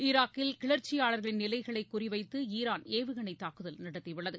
ஈராக்கில் கிளர்ச்சியாளர்களின் நிலைகளை குறிவைத்து ஈரான் ஏவுகணைத் தாக்குதல் நடத்தியுள்ளது